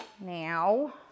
Now